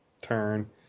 turn